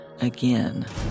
again